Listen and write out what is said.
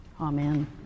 Amen